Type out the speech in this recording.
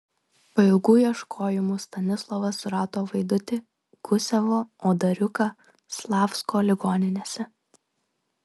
po ilgų ieškojimų stanislovas surado vaidutį gusevo o dariuką slavsko ligoninėse